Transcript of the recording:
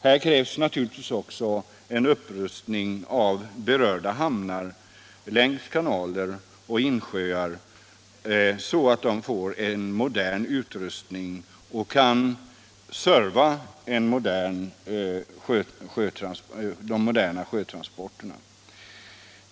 Här krävs naturligtvis också en upprustning av berörda hamnar längs kanaler och insjöar, så att de får en modern utrustning och kan vara till nytta för de moderna sjötransporterna.